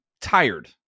tired